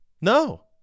no